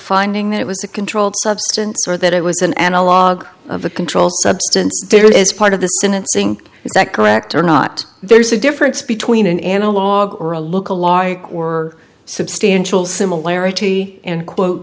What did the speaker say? finding that it was a controlled substance or that it was an analog of a controlled substance as part of the sentencing is that correct or not there's a difference between an analog or a look a large or substantial similarity in quote